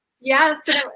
Yes